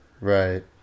Right